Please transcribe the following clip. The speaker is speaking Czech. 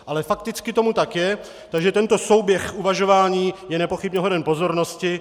Ale fakticky tomu tak je, takže tento souběh uvažování je nepochybně hoden pozornosti.